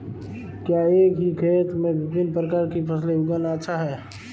क्या एक ही खेत में विभिन्न प्रकार की फसलें उगाना अच्छा है?